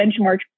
benchmark